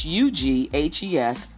Hughes